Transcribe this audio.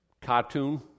cartoon